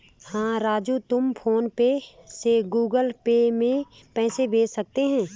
हां राजू तुम PhonePe से गुगल पे में पैसे भेज सकते हैं